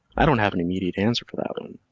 i don't have an immediate answer for that one.